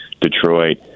Detroit